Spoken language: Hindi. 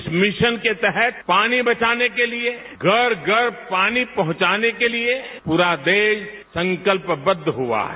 इस मिशन के तहत पानी बचाने के लिए घर घर पानी पहुंचाने के लिए पूरा देश संकल्पबद्ध हुआ है